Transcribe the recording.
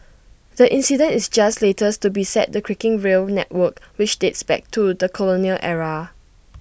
the incident is just latest to beset the creaking rail network which dates back to the colonial era